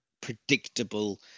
predictable